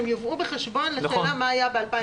שהם יובאו בחשבון --- מה היה ב-2019.